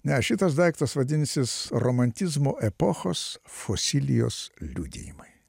ne šitas daiktas vadinsis romantizmo epochos fosilijos liudijimai